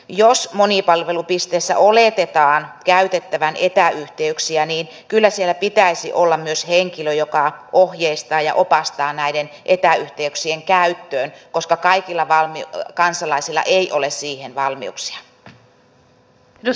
jos monipalvelupisteissä oletetaan käytettävän etäyhteyksiä niin kyllä siellä pitäisi olla myös henkilö joka ohjeistaa ja opastaa näiden etäyhteyksien käyttöön koska kaikilla kansalaisilla ei ole siihen valmiuksia